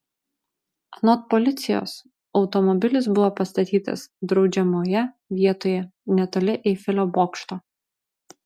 anot policijos automobilis buvo pastatytas draudžiamoje vietoje netoli eifelio bokšto